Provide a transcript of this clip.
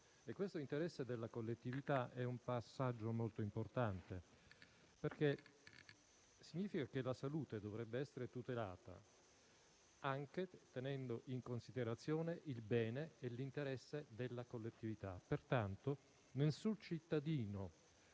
nell'interesse della collettività. Questo è un passaggio molto importante, perché significa che la salute dovrebbe essere tutelata anche tenendo in considerazione il bene e l'interesse della collettività. Pertanto, nessun cittadino